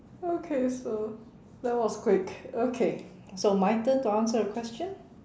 okay so that was quick okay so my turn to answer a question